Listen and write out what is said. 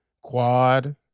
quad